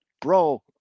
Bro